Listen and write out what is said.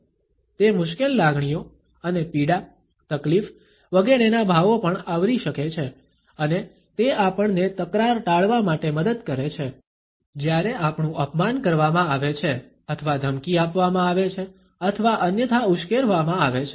તે મુશ્કેલ લાગણીઓ અને પીડા તકલીફ વગેરેના ભાવો પણ આવરી શકે છે અને તે આપણને તકરાર ટાળવા માટે મદદ કરે છે જ્યારે આપણું અપમાન કરવામાં આવે છે અથવા ધમકી આપવામાં આવે છે અથવા અન્યથા ઉશ્કેરવામાં આવે છે